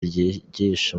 ryigisha